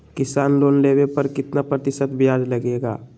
किसान लोन लेने पर कितना प्रतिशत ब्याज लगेगा?